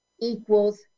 equals